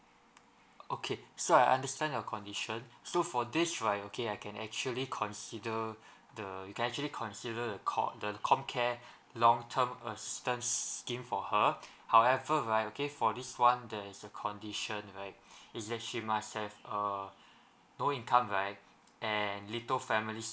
okay so I understand your condition so for this right okay I can actually consider the you can actually consider the COM~ the COMCARE long term assistance scheme for her however right for this one that is a condition right is that she must have err no income right and little family